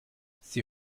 sie